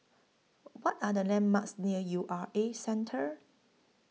What Are The landmarks near U R A Centre